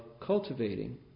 cultivating